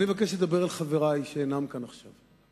אני מבקש לדבר על חברי שאינם כאן עכשיו.